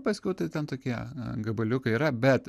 paskiau tai ten tokie gabaliukai yra bet